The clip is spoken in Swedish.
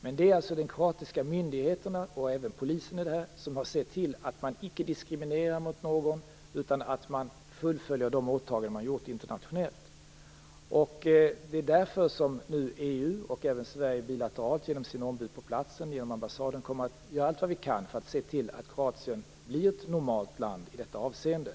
Men det är de kroatiska myndigheterna, och även polisen, som har att se till att man icke diskriminerar någon utan fullföljer de åtaganden Kroatien gjort internationellt. Det är därför som nu EU, och även vi i Sverige bilateralt genom vårt ombud på platsen, ambassaden, kommer att göra allt vad vi kan för att se till att Kroatien blir ett normalt land i detta avseende.